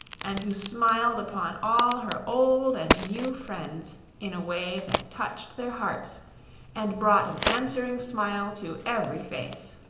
and who smiled upon all her old and new friends in a way that touched their hearts and brought an answering smile to every face.